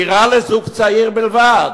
דירה לזוג צעיר בלבד.